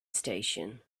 station